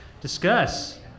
discuss